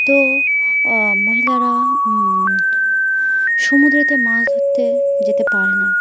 তো মহিলারা সমুদ্রতে মাছ ধরতে যেতে পারে না